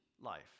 Life